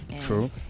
True